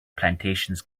plantations